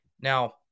Now